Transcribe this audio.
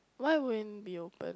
why would it be open